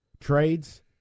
Trades